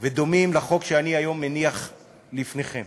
ודומים לחוק שאני היום מניח לפניכם.